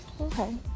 okay